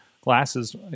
glasses